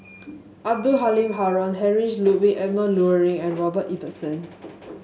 Abdul Halim Haron Heinrich Ludwig Emil Luering and Robert Ibbetson